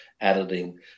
editing